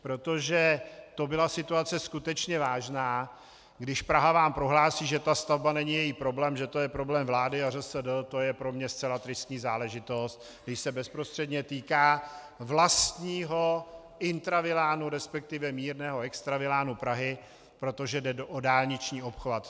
Protože to byla situace skutečně vážná, když Praha vám prohlásí, že ta stavba není její problém, že to je problém vlády a ŘSD, to je pro mě zcela tristní záležitost, když se bezprostředně týká vlastního intravilánu, resp. mírného extravilánu Prahy, protože jde o dálniční obchvat.